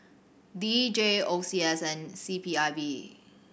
D J O C S and C P I B